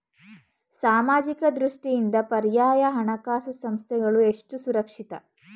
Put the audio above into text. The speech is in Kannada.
ಸಾಮಾಜಿಕ ದೃಷ್ಟಿಯಿಂದ ಪರ್ಯಾಯ ಹಣಕಾಸು ಸಂಸ್ಥೆಗಳು ಎಷ್ಟು ಸುರಕ್ಷಿತ?